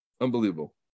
Unbelievable